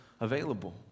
available